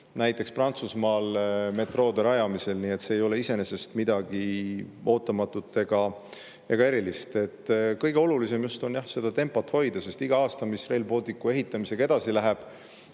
näiteks Prantsusmaal metroode rajamisel, nii et see ei ole iseenesest midagi ootamatut ega erilist. Kõige olulisem on jah tempot hoida, sest iga aastaga, mil Rail Balticu ehitamine [venib],